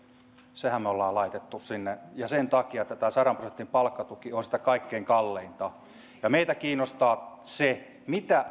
senhän me olemme laittaneet sinne sen takia että tämä sadan prosentin palkkatuki on sitä kaikkein kalleinta meitä kiinnostaa se mitä